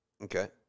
Okay